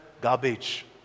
garbage